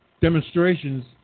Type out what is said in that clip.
demonstrations